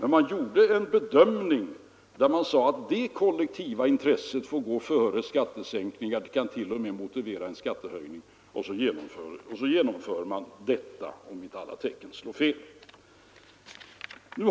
Man gjorde en bedömning där man sade att det kollektiva intresset får gå före skattesänkningar och kan t.o.m. motivera en skattehöjning, och så genomför man detta, om inte alla tecken slår fel.